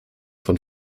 von